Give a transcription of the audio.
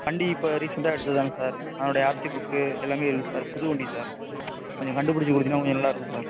வண்டி இப்போ ரீசெண்ட்டாக எடுத்தது தாங்க சார் அதனுடைய ஆர்சி புக்கு எல்லாமே இருக்குது சார் புது வண்டி சார் கொஞ்சம் கண்டுபிடிச்சி கொடுத்தீங்கன்னா கொஞ்சம் நல்லா இருக்கும் சார்